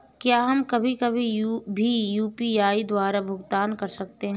क्या हम कभी कभी भी यू.पी.आई द्वारा भुगतान कर सकते हैं?